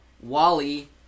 Wally